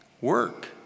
Work